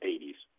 80s